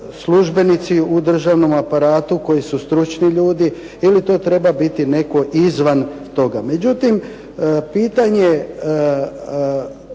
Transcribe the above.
službenici u državnom aparatu koji su stručni ljudi ili to treba biti netko izvan toga. Međutim, pitanje